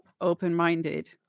open-minded